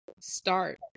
start